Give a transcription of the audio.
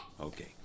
Okay